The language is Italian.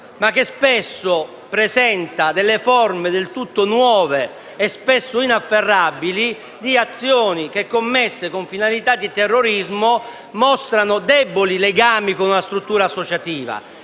ma spesso presenta forme del tutto nuove e inafferrabili con azioni che, commesse con finalità di terrorismo, mostrano deboli legami con una struttura associativa.